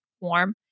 warm